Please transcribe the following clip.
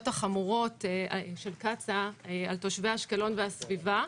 החמורות של קצא"א על תושבי אשקלון והסביבה.